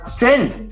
Strength